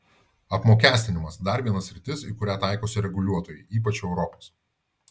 apmokestinimas dar viena sritis į kurią taikosi reguliuotojai ypač europos